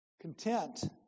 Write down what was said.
content